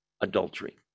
adultery